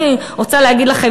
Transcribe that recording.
אני רוצה להגיד לכם,